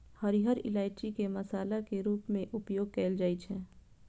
हरियर इलायची के मसाला के रूप मे उपयोग कैल जाइ छै